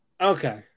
Okay